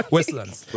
Westlands